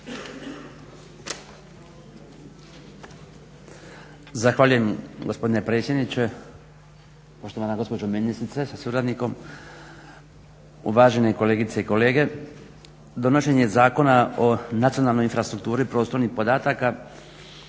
Zahvaljujem gospodine predsjedniče, poštovana gospođo ministrice sa suradnikom, uvažene kolegice i kolege. Donošenje Zakona o nacionalnoj infrastrukturi prostornih podataka